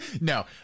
No